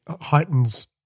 heightens